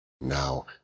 Now